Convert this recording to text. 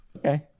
Okay